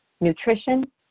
nutrition